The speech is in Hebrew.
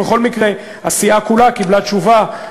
ובכל מקרה הסיעה כולה קיבלה תשובה,